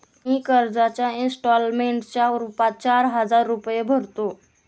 मी कर्जाच्या इंस्टॉलमेंटच्या रूपात चार हजार रुपये भरतो